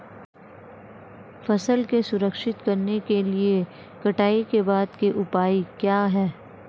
फसल को संरक्षित करने के लिए कटाई के बाद के उपाय क्या हैं?